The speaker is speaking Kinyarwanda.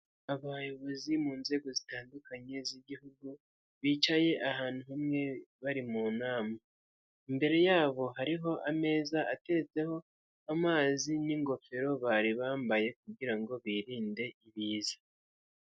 Abayobozi mu nzego zitandukanye z'igihugu bicaye ahantu hamwe bari mu nama, imbere yabo hariho ameza ateretseho amazi n'ingofero bari bambaye kugira ngo birinde ibiza.